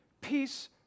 Peace